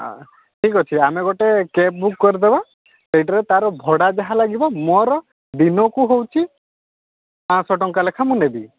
ହଁ ଠିକ୍ ଅଛି ଆମେ ଗୋଟେ କେବ୍ ବୁକ୍ କରିଦେବା ସେଇଥିରେ ତାର ଭଡ଼ା ଯାହା ଲାଗିବ ମୋର ଦିନକୁ ହେଉଛି ପାଞ୍ଚଶହ ଟଙ୍କା ଲେଖା ମୁଁ ନେବି